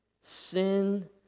sin